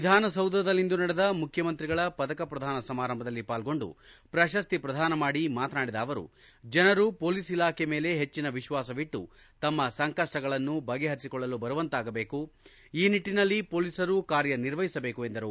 ವಿಧಾನಸೌಧದಲ್ಲಿಂದು ನಡೆದ ಮುಖ್ಯಮಂತ್ರಿಗಳ ಪದಕ ಪ್ರದಾನ ಸಮಾರಂಭದಲ್ಲಿ ಪಾಲ್ಗೊಂಡು ಪ್ರಶಸ್ತಿ ಪ್ರದಾನ ಮಾಡಿ ಮಾತನಾಡಿದ ಅವರು ಜನರು ಪೋಲಿಸ್ ಇಲಾಖೆ ಮೇಲೆ ಹೆಚ್ಚನ ವಿಶ್ವಾಸವಿಟ್ಟು ತಮ್ಮ ಸಂಕಷ್ಟಗಳನ್ನು ಬಗ್ಗೆಹರಿಸಿಕೊಳ್ಳಲು ಬರುವಂತಾಗಬೇಕು ಈ ನಿಟ್ಟನಲ್ಲಿ ಪೋಲಿಸರು ಕಾರ್ಯನಿರ್ವಹಿಸಬೇಕು ಎಂದರು